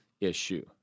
issue